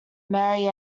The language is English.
mary